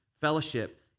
fellowship